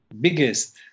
biggest